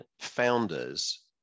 founders